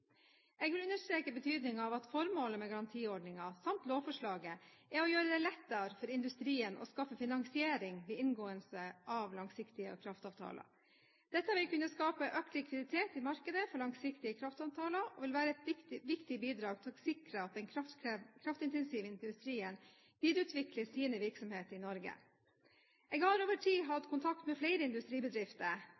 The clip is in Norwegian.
Jeg vil understreke betydningen av at formålet med garantiordningen, samt lovforslaget, er å gjøre det lettere for industrien å skaffe finansiering ved inngåelse av langsiktige kraftavtaler. Dette vil kunne skape økt likviditet i markedet for langsiktige kraftavtaler og vil være et viktig bidrag for å sikre at den kraftintensive industrien videreutvikler sine virksomheter i Norge. Jeg har over tid hatt